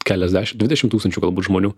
keliasdešimt dvidešimt tūkstančių galbūt žmonių